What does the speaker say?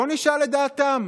בואו נשאל לדעתם,